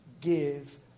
give